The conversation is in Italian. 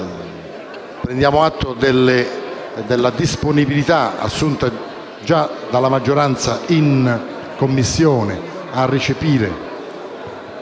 Prendiamo atto della disponibilità, assunta dalla maggioranza già in Commissione, a recepire